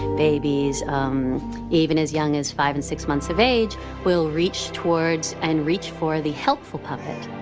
babies even as young as five and six months of age will reach towards and reach for the helpful puppet.